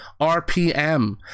RPM